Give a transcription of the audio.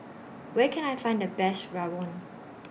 Where Can I Find The Best Rawon